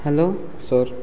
hello sir